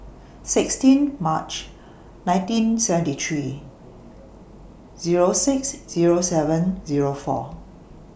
sixteen March nineteen seventy three Zero six Zero seven Zero four